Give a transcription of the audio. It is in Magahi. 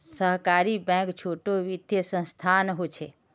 सहकारी बैंक छोटो वित्तिय संसथान होछे